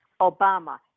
Obama